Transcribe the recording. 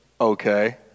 okay